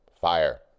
fire